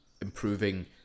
improving